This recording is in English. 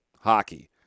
hockey